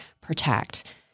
protect